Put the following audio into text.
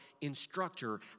instructor